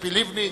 ציפי לבני,